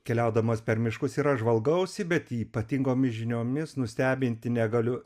keliaudamas per miškus ir aš žvalgausi bet ypatingomis žiniomis nustebinti negaliu